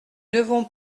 devons